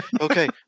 okay